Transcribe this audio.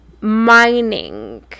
mining